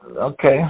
okay